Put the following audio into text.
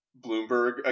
Bloomberg